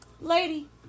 Lady